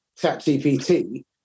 ChatGPT